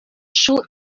шул